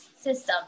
system